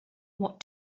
what